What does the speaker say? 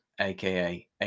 aka